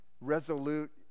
resolute